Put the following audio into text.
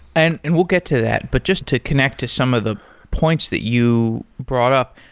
and and we'll get to that, but just to connect to some of the points that you brought up,